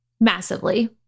massively